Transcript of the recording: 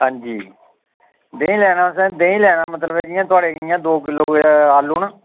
हांजी देहीं लैना तुसें देहीं लैना मतलव कि थ्होड़े जि'यां द'ऊं किलो कोई आलू न